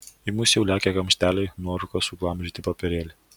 į mus jau lekia kamšteliai nuorūkos suglamžyti popierėliai